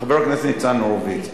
חבר הכנסת ניצן הורוביץ,